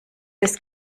des